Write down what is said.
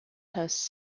hosts